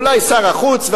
אולי שר החוץ,